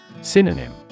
Synonym